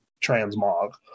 transmog